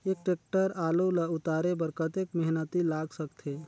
एक टेक्टर आलू ल उतारे बर कतेक मेहनती लाग सकथे?